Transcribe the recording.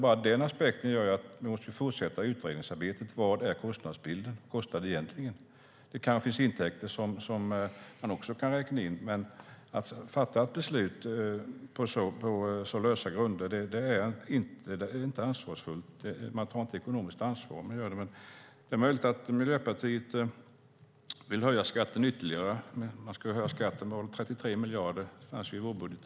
Bara den aspekten gör att vi måste fortsätta utredningsarbetet för att få fram kostnadsbilden. Vad kostar det egentligen? Det kanske finns intäkter som man kan räkna in. Att fatta ett beslut på så lösa grunder är inte ansvarsfullt. Man tar inte ekonomiskt ansvar om man gör det. Det är möjligt att Miljöpartiet vill höja skatten ytterligare. Enligt sitt förslag med anledning av vårbudgeten vill man höja skatten med 33 miljarder.